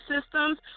systems